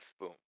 boom